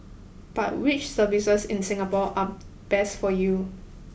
but which services in Singapore are best for you